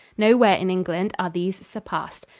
nowhere in england are these surpassed.